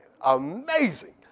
Amazing